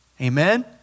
Amen